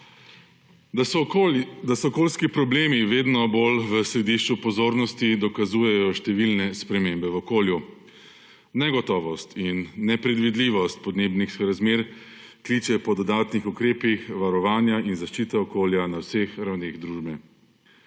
Da so okoljski problemi vedno bolj v središču pozornosti, dokazujejo številne spremembe v okolju. Negotovost in nepredvidljivost podnebnih razmer kliče po dodatnih ukrepih varovanja in zaščite okolja na vseh ravneh družbe.